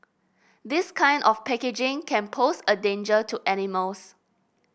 this kind of packaging can pose a danger to animals